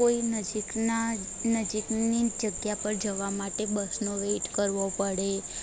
કોઈ નજીકના નજીકની જગ્યા પર જવા માટે બસનો વેટ કરવો પડે